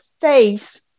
face